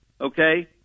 okay